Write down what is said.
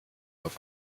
auf